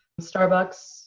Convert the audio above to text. Starbucks